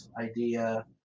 idea